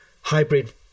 hybrid